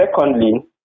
secondly